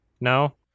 no